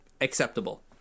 acceptable